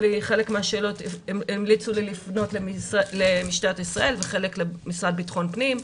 על חלק מהשאלות לפנות למשטרת ישראל וחלק למשרד לביטחון פנים.